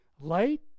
Light